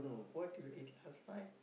what you did last night